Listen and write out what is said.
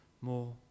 more